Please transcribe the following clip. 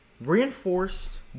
reinforced